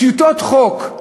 טיוטות חוק,